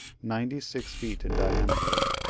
ninety-six feet in diameter,